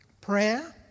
prayer